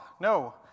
no